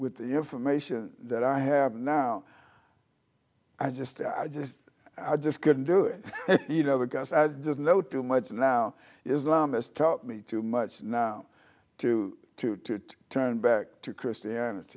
with the information that i have now i just i just i just couldn't do it you know because i just know too much now islam has taught me too much now to to to turn back to christianity